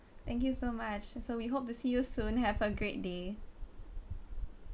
thank you so much so we hope to see you soon have a great day